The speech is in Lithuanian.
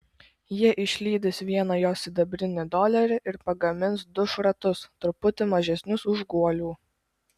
jie išlydys vieną jo sidabrinį dolerį ir pagamins du šratus truputį mažesnius už guolių